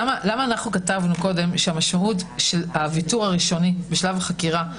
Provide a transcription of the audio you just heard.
למה כתבנו קודם שהמשמעות של הוויתור הראשוני בשלב החקירה,